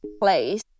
place